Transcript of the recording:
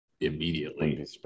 immediately